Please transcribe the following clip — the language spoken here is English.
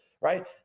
right